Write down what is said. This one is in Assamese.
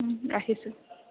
ৰাখিছোঁ